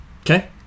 Okay